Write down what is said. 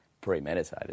premeditated